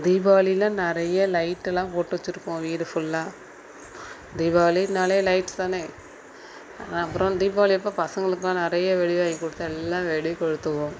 தீபாவளிலாம் நிறைய லைட்டெல்லாம் போட்டு வச்சிருப்போம் வீடு ஃபுல்லாக தீபாவளினாலே லைட்ஸ் தானே அப்புறம் தீபாவளி அப்போ பசங்களுக்குலாம் நிறைய வெடி வாங்கிக் கொடுத்து எல்லாம் வெடி கொளுத்துவோம்